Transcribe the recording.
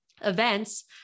events